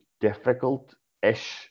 difficult-ish